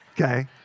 okay